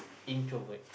introvert